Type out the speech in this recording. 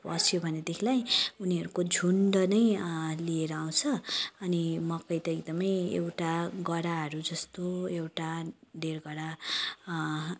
पस्यो भनेदेखिलाई उनीहरूको झुन्ड नै लिएर आउँछ अनि मकै त एकदमै एउटा गराहरू जस्तो एउटा डेढ गरा